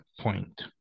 point